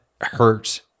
hurt